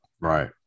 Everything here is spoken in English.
Right